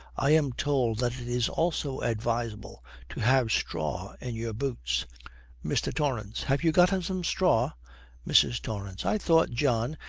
i am told that it is also advisable to have straw in your boots mr. torrance. have you got him some straw mrs. torrance. i thought, john,